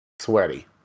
sweaty